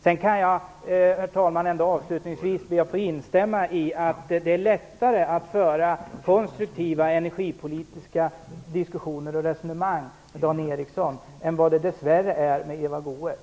Avslutningsvis, herr talman kan jag instämma i att det dess värre är lättare att föra konstruktiva energipolitiska diskussioner och resonemang med Dan